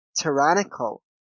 tyrannical